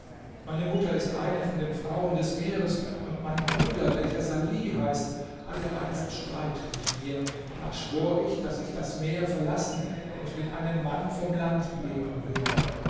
meine mutter ist eine von den frauen des meeres und mein bruder welcher salih heißt hatte einst streit mit mir da schwor ich daß ich das meer verlassen und mit einem mann vom land leben würde